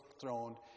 throne